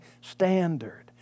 standard